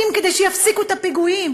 מה עושים כדי שיפסיקו את הפיגועים?